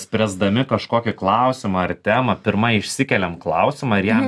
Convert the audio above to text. spręsdami kažkokį klausimą ar temą pirma išsikeliam klausimą ir jam